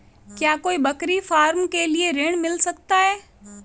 क्या कोई बकरी फार्म के लिए ऋण मिल सकता है?